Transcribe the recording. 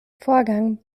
vorgang